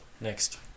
next